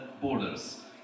borders